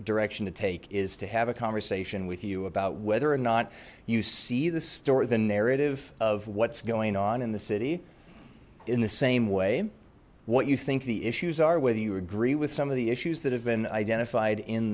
direction to take is to have a conversation with you about or not you see the store the narrative of what's going on in the city in the same way what you think the issues are whether you agree with some of the issues that have been identified in